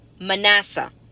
Manasseh